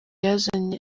yazanye